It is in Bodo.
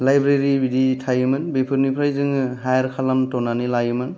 लाइब्रेरि बिदि थायोमोन बेफोरनिफ्राय जोङो हायार खालामथ'नानै लायोमोन